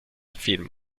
film